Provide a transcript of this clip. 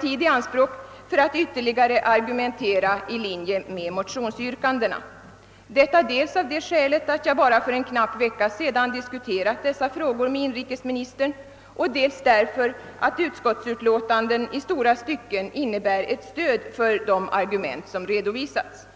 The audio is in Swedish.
tid i anspråk för att argumentera ytterligare i linje med motionsyrkandena, detta dels av det skälet att jag för bara en knapp vecka sedan diskuterade dessa frågor med inrikesministern, dels därför att utskottets utlåtande i stora stycken innebär ett stöd för de argument som redovisas.